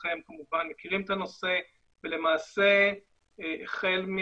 שבעצם היה הבסיס למתווה של שמים פתוחים אליו נכנסנו לפני